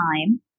time